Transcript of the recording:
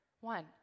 One